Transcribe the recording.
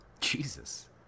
Jesus